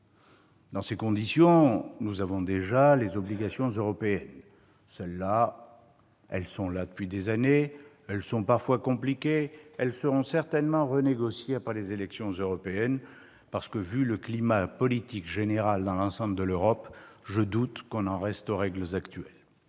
Dans ces conditions, nous devons respecter les obligations européennes. Celles-ci existent depuis des années : elles sont parfois compliquées, mais elles seront certainement renégociées après les élections européennes parce que, compte tenu du climat politique général dans l'ensemble de l'Europe, je doute que l'on en reste aux règles actuelles.